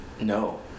No